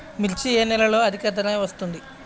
మిర్చి ఏ నెలలో అధిక ధర వస్తుంది?